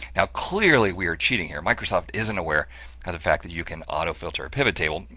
now clearly we are cheating here, microsoft isn't aware of the fact that you can autofilter a pivot table.